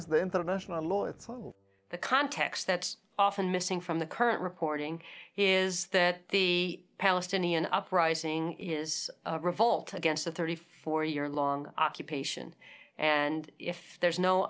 is the international law it's the context that's often missing from the current reporting is that the palestinian uprising is a revolt against a thirty four year long occupation and if there's no